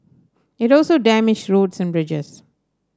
it also damaged roads and bridges